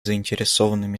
заинтересованными